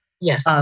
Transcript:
Yes